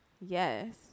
Yes